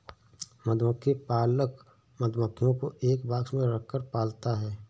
मधुमक्खी पालक मधुमक्खियों को एक बॉक्स में रखकर पालता है